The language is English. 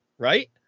right